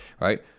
right